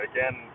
Again